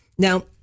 Now